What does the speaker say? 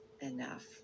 enough